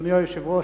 אדוני היושב-ראש,